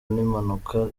n’impanuka